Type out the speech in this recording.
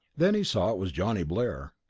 then he saw it was johnny blair.